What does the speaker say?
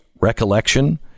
recollection